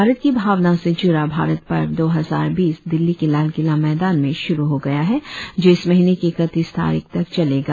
भारत की भावना से जुड़ा भारत पर्व दो हजार बीस दिल्ली के लालकिला मैदान में शुरु हो गया है जो इस महीने की इकतीस तारीख तक चलेगा